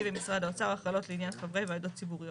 במשרד האוצר החלות לעניין חברי ועדות ציבוריות.